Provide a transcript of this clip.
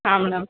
ಹಾಂ ಮೇಡಮ್